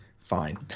Fine